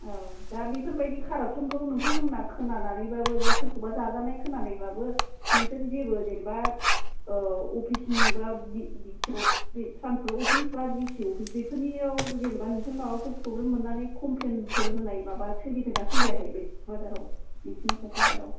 औ दा बेफोरबायदि काराफसनखौ नोंथांमोना खोनानानैबोबो बा सोरखौबा जाजानाय कोनानायबाबो नोंसोर जेबो जेनोबा अफिसनि बा ट्रानसफर्ट अफिस बा डि सि अफिस बेफोरनियाव जेनोबा माबाफोर फ्रब्लेम मोननानै कमफ्लेनफोर होनाय माबा सोलिदोंना सोलियाखै क'क्राझारयाव नोंसिनि क'क्राझारयाव